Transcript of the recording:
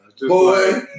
Boy